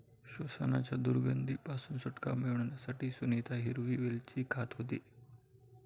श्वासाच्या दुर्गंधी पासून सुटका मिळवण्यासाठी सुनीता हिरवी वेलची खात होती